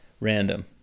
random